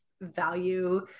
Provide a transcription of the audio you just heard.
value